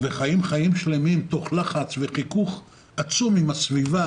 וחיים חיים שלמים תוך לחץ וחיכוך עצום עם הסביבה,